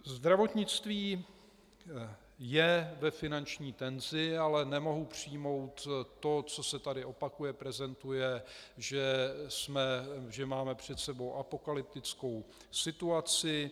Zdravotnictví je ve finanční tenzi, ale nemohu přijmout to, co se tady opakuje, prezentuje, že máme před sebou apokalyptickou situaci.